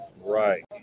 Right